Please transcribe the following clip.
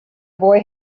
boy